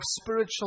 spiritual